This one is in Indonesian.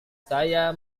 saya